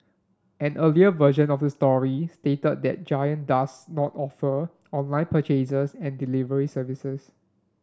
an earlier version of the story stated that Giant does not offer online purchases and delivery services